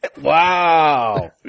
Wow